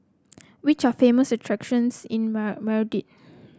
which are famous attractions in Madrid